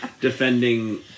Defending